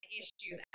issues